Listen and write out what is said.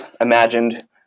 imagined